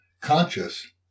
conscious